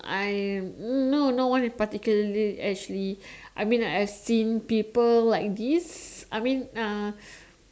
I'm no no one in particularly actually I mean like I seen people like this I mean uh